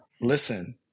Listen